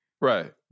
Right